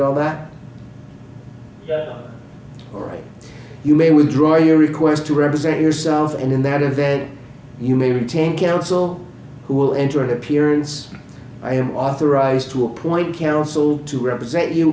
all that all right you may withdraw your request to represent yourself and in that event you may retain counsel who will enter an appearance i am authorized to appoint counsel to represent you